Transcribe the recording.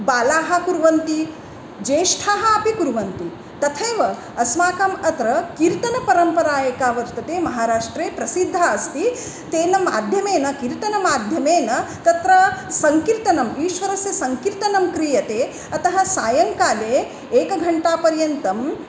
बालाः कुर्वन्ति ज्येष्ठाः अपि कुर्वन्ति तथैव अस्माकम् अत्र कीर्तनपरम्परा एका वर्तते महाराष्ट्रे प्रसिद्धा अस्ति तेन माध्यमेन कीर्तनमाध्यमेन तत्र सङ्कीर्तनम् ईश्वरस्य सङ्कीर्तनं क्रियते अतः सायङ्काले एकघण्टापर्यन्तम्